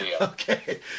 Okay